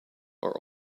are